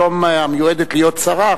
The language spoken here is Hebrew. היום מיועדת להיות שרה,